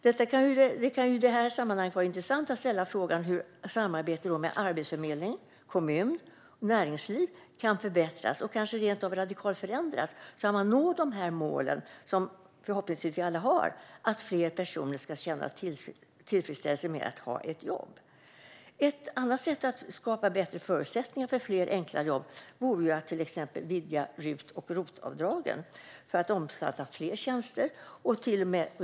Det kan i detta sammanhang vara intressant att ställa frågan hur samarbetet med arbetsförmedling, kommun och näringsliv kan förbättras och kanske rent av radikalt förändras så att man når de mål som vi alla förhoppningsvis har: att fler personer ska känna tillfredsställelsen i att ha ett jobb. Ett annat sätt att skapa bättre förutsättningar för fler enkla jobb vore att till exempel vidga RUT och ROT-avdragen till att omfatta fler tjänster.